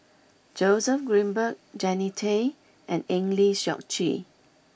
Joseph Grimberg Jannie Tay and Eng Lee Seok Chee